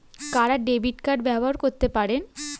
কারা debit card ব্যবহার করতে পারেন?